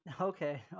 okay